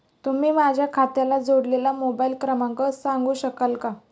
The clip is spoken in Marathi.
तुम्ही माझ्या खात्याला जोडलेला मोबाइल क्रमांक सांगू शकाल का?